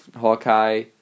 Hawkeye